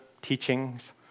teachings